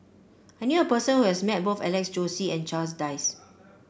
I knew a person who has met both Alex Josey and Charles Dyce